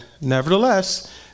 nevertheless